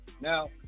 now